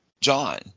John